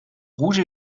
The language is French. rouge